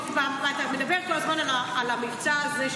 אתה מדבר כל הזמן על המבצע הזה,